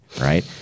right